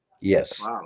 yes